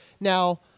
Now